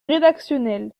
rédactionnel